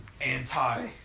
anti